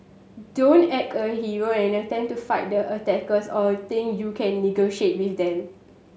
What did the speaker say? don't act a hero and attempt to fight the attackers or think you can negotiate with them